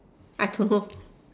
I don't know